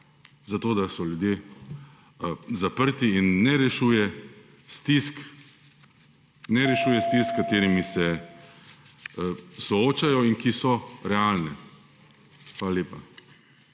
ukrepov, da so ljudje zaprti, in ne rešuje stisk, s katerimi se soočajo in ki so realne. Hvala lepa.